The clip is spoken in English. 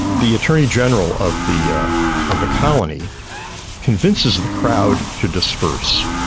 the attorney-general of the of the colony convinces the crowd to disperse,